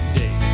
day